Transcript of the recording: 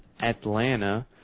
Atlanta